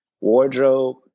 wardrobe